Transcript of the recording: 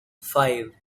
five